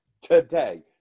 today